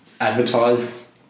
advertise